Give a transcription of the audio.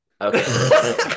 Okay